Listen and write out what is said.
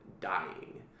dying